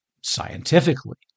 scientifically